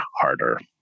harder